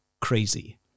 crazy